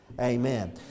amen